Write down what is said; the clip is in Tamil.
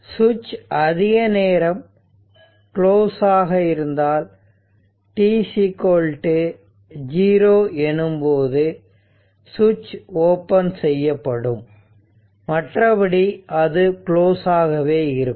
சுவிட்ச் அதிக நேரம் குளோஸ் ஆக இருந்தால் t0 எனும் போது சுவிட்ச் ஓபன் செய்யப்படும் மற்றபடி அது குளோசாகவே இருக்கும்